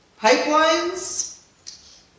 pipelines